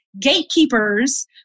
gatekeepers